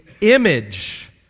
image